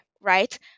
right